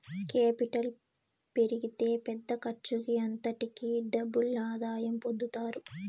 capital పెరిగితే పెద్ద ఖర్చుకి అంతటికీ డబుల్ ఆదాయం పొందుతారు